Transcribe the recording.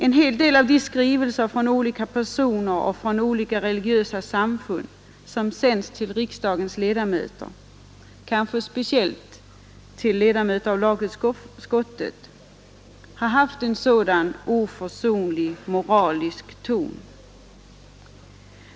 En hel del av de skrivelser från olika personer och från olika religiösa samfund som sänts till riksdagens ledamöter — kanske speciellt till ledamöter av lagutskottet — har haft en sådan oförsonlig moralisk ton.